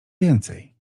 więcej